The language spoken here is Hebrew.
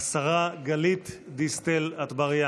(חותם על ההצהרה) השרה גלית דיסטל אטבריאן.